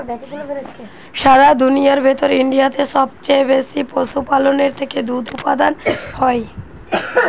সারা দুনিয়ার ভেতর ইন্ডিয়াতে সবচে বেশি পশুপালনের থেকে দুধ উপাদান হয়